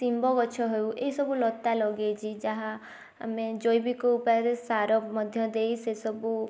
ଶିମ୍ବ ଗଛ ହେଉ ଏଇ ସବୁ ଲତା ଲଗେଇଛି ଯାହା ଆମେ ଜୈବିକ ଉପାୟରେ ସାର ମଧ୍ୟ ଦେଇ ସେ ସବୁ